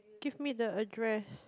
give me the address